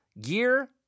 Gear